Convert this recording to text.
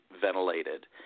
ventilated